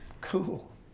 Cool